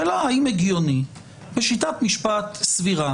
השאלה האם הגיוני בשיטת משפט סבירה